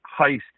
heist